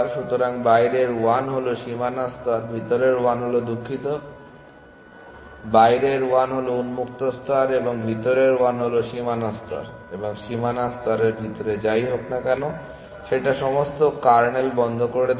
সুতরাং বাইরের 1 হল সীমানার স্তর ভিতরের 1 হল দুঃখিত বাইরের 1 হল উন্মুক্ত স্তর এবং ভিতরের 1 হল সীমানার স্তর এবং সীমানার স্তরের ভিতরে যাই হোক না কেন সেটা সমস্ত কার্নেল বন্ধ করে দেয়